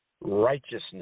righteousness